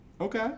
Okay